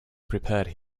prepared